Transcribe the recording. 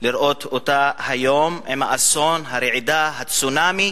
לראות אותה היום, עם אסון הרעידה, הצונאמי,